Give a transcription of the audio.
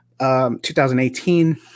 2018